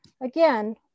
again